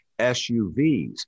SUVs